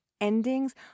Endings